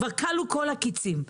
כבר כלו כל הקיצים.